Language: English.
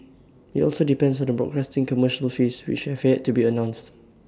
IT also depends on the broadcasting commercial fees which have yet to be announced